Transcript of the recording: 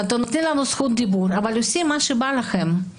אתם נותנים לנו זכות דיבור אבל עושים מה שבא לכם.